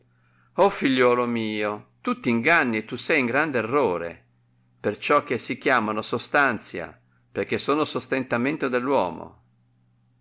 diritiaruiii figliuolo mio tu t'inganni e tu sei in grand errore per ciò che si chiamano sostantia perchè sono sostentamento